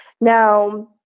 Now